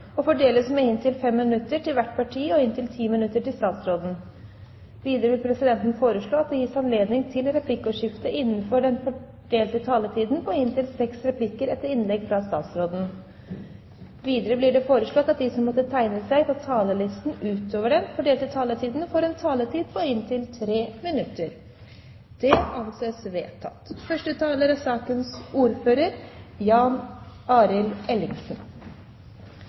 til hvert parti og inntil 5 minutter til statsråden. Videre vil presidenten foreslå at det gis anledning til replikkordskifte på inntil seks replikker med svar etter innlegget fra statsråden innenfor den fordelte taletid. Videre blir det foreslått at de som måtte tegne seg på talerlisten utover den fordelte taletid, får en taletid på inntil 3 minutter. – Det anses vedtatt. En helt sentral del av vår innsats i Afghanistan er